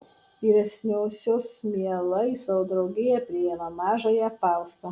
vyresniosios mielai į savo draugiją priima mažąją faustą